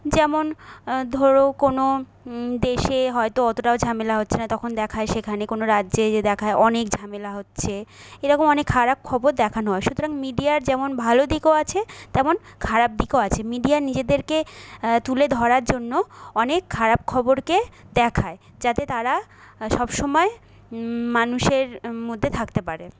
যেমন ধরো কোনো দেশে হয়তো অতোটাও ঝামেলা হচ্ছে না তখন দেখায় সেখানে কোনো রাজ্যে যে দেখায় অনেক ঝামেলা হচ্ছে এরকম অনেক খারাপ খবর দেখানো হয় সুতরাং মিডিয়ার যেমন ভালো দিকও আছে তেমন খারাপ দিকও আছে মিডিয়া নিজেদেরকে তুলে ধরার জন্য অনেক খারাপ খবরকে দেখায় যাতে তারা সবসময় মানুষের মধ্যে থাকতে পারে